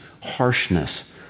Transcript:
harshness